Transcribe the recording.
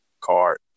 card